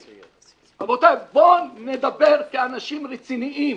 רבותיי, בואו נדבר כאנשים רציניים.